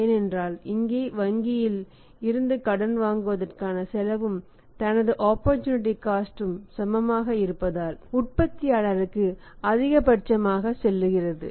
ஏனென்றால் இங்கே வங்கியில் இருந்து கடன் வாங்குவதற்கான செலவும் தனது ஆபர்டூநிடீ காஸ்ட் சமமாக இருப்பதால் உற்பத்தியாளருக்கு அதிகபட்சமாக செலுத்துகிறது